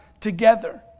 together